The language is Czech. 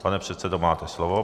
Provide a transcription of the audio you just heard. Pane předsedo, máte slovo.